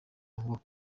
ngo